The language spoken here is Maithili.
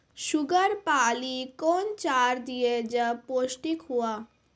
शुगर पाली कौन चार दिय जब पोस्टिक हुआ?